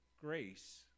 grace